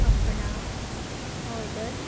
ਆਪਣਾ ਔਡਰ